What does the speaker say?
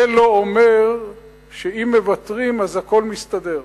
זה לא אומר שאם מוותרים הכול מסתדר,